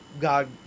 God